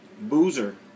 Boozer